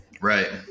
Right